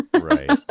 right